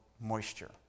moisture